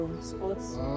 Sports